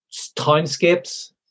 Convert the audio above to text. townscapes